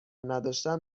نداشتن